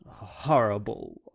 horrible!